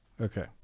Okay